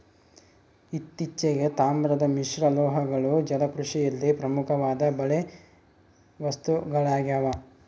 ಇತ್ತೀಚೆಗೆ, ತಾಮ್ರದ ಮಿಶ್ರಲೋಹಗಳು ಜಲಕೃಷಿಯಲ್ಲಿ ಪ್ರಮುಖವಾದ ಬಲೆ ವಸ್ತುಗಳಾಗ್ಯವ